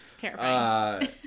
terrifying